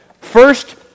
First